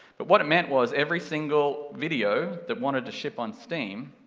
but what it meant was, every single video that wanted to ship on steam,